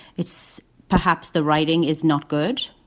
it's perhaps the writing is not good